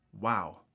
Wow